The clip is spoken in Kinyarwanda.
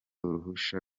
uruhusha